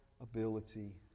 ability